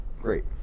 Great